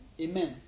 amen